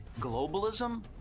Globalism